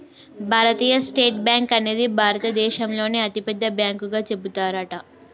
భారతీయ state bank అనేది భారత దేశంలోనే అతి పెద్ద బ్యాంకు గా చెబుతారట